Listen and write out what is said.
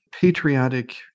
patriotic